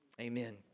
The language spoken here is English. amen